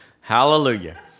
Hallelujah